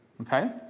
Okay